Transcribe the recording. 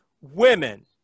women